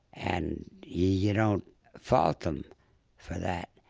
and you don't fault them for that,